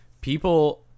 people